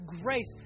grace